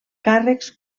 càrrecs